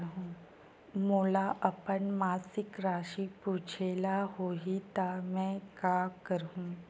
मोला अपन मासिक राशि पूछे ल होही त मैं का करहु?